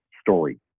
story